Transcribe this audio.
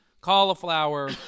cauliflower